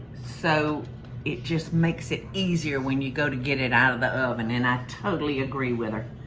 so it just makes it easier when you go to get it out of the oven. and i totally agree with her.